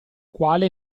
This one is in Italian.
quale